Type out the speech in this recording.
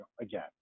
again